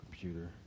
computer